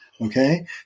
Okay